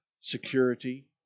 security